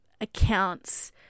accounts